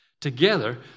Together